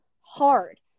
hard